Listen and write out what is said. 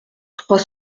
trois